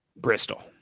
Bristol